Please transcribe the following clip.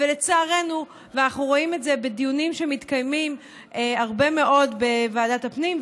אנחנו רואים את זה בדיונים שמתקיימים הרבה מאוד בוועדת הפנים,